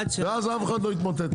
ואז אף אחד לא יתמוטט.